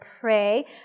pray